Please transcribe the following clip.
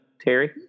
Terry